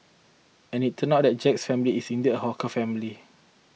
and it turned out that Jack's family is indeed a hawker family